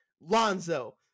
Lonzo